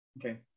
Okay